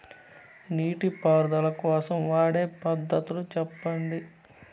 నీటి పారుదల కోసం వాడే పద్ధతులు సెప్పండి?